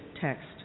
text